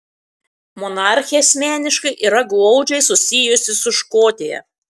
monarchė asmeniškai yra glaudžiai susijusi su škotija